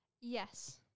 Yes